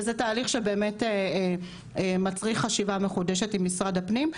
וזה תהליך שבאמת מצריך חשיבה מחודשת עם משרד הפנים,